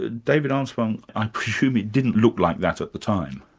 ah david armstrong, i presume it didn't look like that at the time?